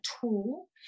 tool